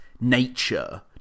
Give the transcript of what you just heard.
nature